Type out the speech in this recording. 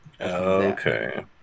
Okay